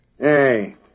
Hey